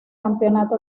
campeonato